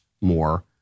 more